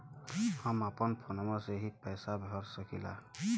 हम अपना फोनवा से ही पेसवा भर सकी ला?